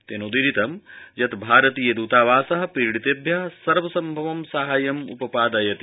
तेनोदीरितं यत् भारतीय दूतावास पीडितेम्य सर्वसम्भवं साहाय्यम् उपपादयति